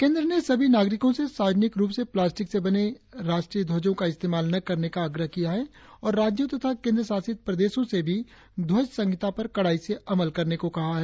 केंद्र ने सभी नागरिकों से सार्वजनिक रुप से प्लास्टिक के बने राष्ट्रीय ध्वजों का इस्तेमाल न करने का आग्रह किया है और राज्यों तथा केंद्र शासित प्रदेश से भी ध्वज संहिता पर कड़ाई से अमल करने को कहा है